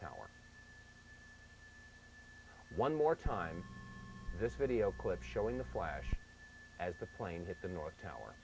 tower one more time this video clip showing the flash as the plane hit the north tower